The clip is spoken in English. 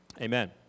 Amen